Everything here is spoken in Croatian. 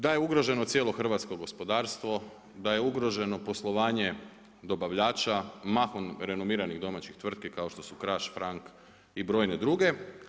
Da je ugroženo cijelo hrvatsko gospodarstvo, da je ugroženo poslovanje dobavljača mahom renomiranih domaćih tvrtki kao što su Kraš, Frank i brojne druge.